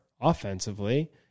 offensively